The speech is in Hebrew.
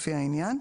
לפי העניין,